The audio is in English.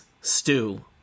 stew